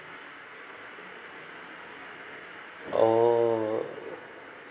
oh